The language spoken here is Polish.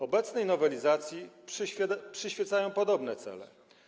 Obecnej nowelizacji przyświecają podobne cele.